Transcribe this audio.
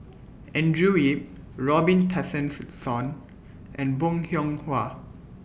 Andrew Yip Robin Tessensohn and Bong Hiong Hwa